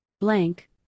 Blank